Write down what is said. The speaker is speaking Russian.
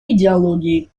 идеологии